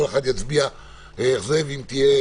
אני דוחה את